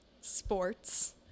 sports